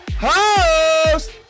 host